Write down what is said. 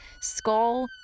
skull